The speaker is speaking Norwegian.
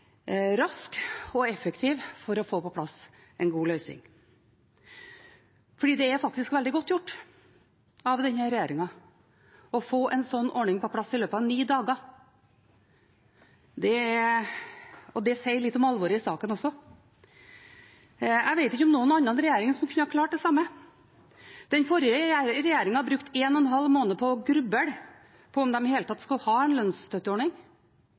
og effektive for å få på plass en god løsning. Det er faktisk veldig godt gjort av denne regjeringen å få en slik ordning på plass i løpet av ni dager. Det sier også litt om alvoret i saken. Jeg vet ikke om noen andre regjeringer som kunne klart det samme. Den forrige regjeringen brukte en og en halv måned på å gruble på om de i det hele tatt skulle ha en lønnsstøtteordning,